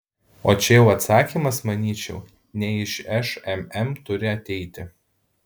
o čia jau atsakymas manyčiau ne iš šmm turi ateiti